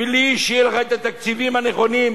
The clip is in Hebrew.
בלי שיהיו לך התקציבים הנכונים,